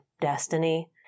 destiny